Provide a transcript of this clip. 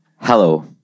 hello